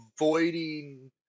avoiding